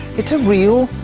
it's a real,